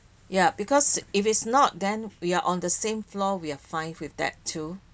ya because if it's not then we are on the same floor we're fine with that too